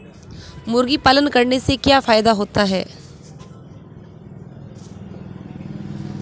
मुर्गी पालन करने से क्या फायदा होता है?